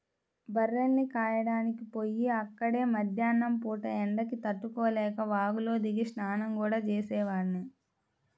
బర్రెల్ని కాయడానికి పొయ్యి అక్కడే మద్దేన్నం పూట ఎండకి తట్టుకోలేక వాగులో దిగి స్నానం గూడా చేసేవాడ్ని